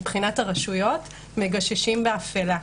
מבחינת הרשויות, מגששים באפלה.